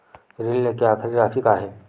ऋण लेके आखिरी राशि का हे?